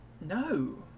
No